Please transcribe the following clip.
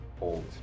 old